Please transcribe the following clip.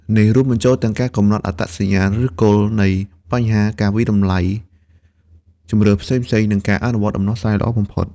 នេះរួមបញ្ចូលទាំងការកំណត់អត្តសញ្ញាណឫសគល់នៃបញ្ហា ការវាយតម្លៃជម្រើសផ្សេងៗ និងការអនុវត្តដំណោះស្រាយល្អបំផុត។